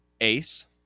Ace